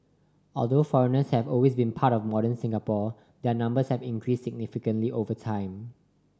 although foreigners have always been a part of modern Singapore their numbers have increased significantly over time